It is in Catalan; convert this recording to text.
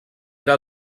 era